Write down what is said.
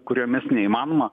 kuriomis neįmanoma